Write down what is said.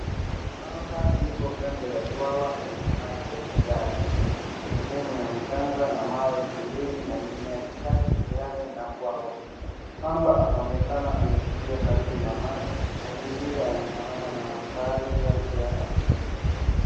Mamba yuko kando ya bwawa lenye maji ya kijani. Sehemu ya mchanga na mawe pembeni na mimea michache jirani na bwawa. Mamba anaonekana ametulia karibu na maji. Mazingira yanafanana na makazi yake ya asili.